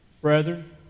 Brethren